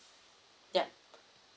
yup